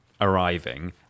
arriving